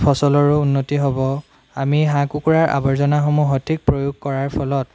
ফচলৰো উন্নতি হ'ব আমি হাঁহ কুকুৰাৰ আৱৰ্জাসমূহ সঠিক প্ৰয়োগ কৰাৰ ফলত